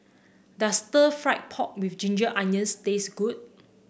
does Stir Fried Pork with Ginger Onions taste good